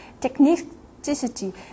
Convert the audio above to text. technicity